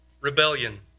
rebellion